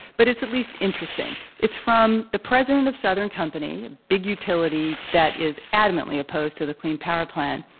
but it's at least interesting. it's from the president of southern company a big utility that is adamantly opposed to the clean power plan.